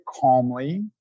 calmly